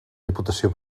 diputació